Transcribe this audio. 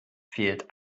fehlt